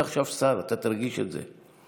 עכשיו אתה תרגיש את זה.